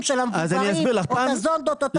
של המבוגרים או את הזונדות או את הדברים האלה.